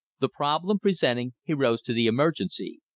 the problem presenting, he rose to the emergency.